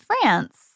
France